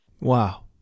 Wow